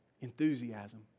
Enthusiasm